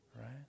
right